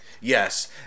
Yes